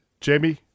Jamie